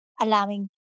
allowing